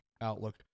Outlook